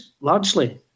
largely